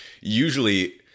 usually